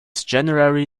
january